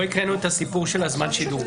לא הקראנו את הנושא של זמן שידור.